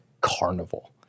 carnival